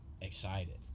excited